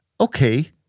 okay